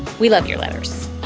we love your letters.